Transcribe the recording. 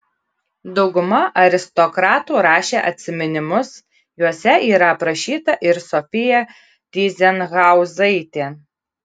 dauguma aristokratų rašė atsiminimus juose yra aprašyta ir sofija tyzenhauzaitė